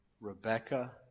Rebecca